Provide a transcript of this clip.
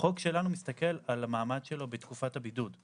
החוק שלנו מסתכל על המעמד שלו בתקופת הבידוד.